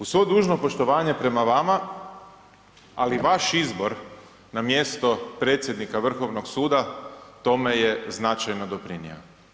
Uz svo dužno poštovanje prema vama, ali vaš izbor na mjesto predsjednika Vrhovnog suda, to me je značajno doprinio.